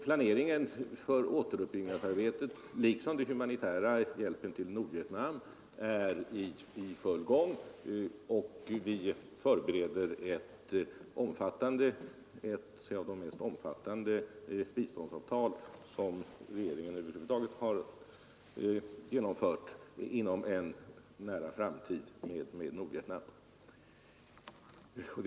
Planeringen för återuppbyggnadsarbetet liksom för den humanitära hjälpen till Nordvietnam är i full gång. Vi förbereder ett biståndsavtal med Nordvietnam som blir ett av de mest omfattande regeringen över huvud taget har genomfört. Avtalet kommer att slutas inom en nära framtid.